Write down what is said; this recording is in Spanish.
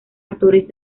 actores